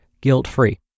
guilt-free